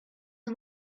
are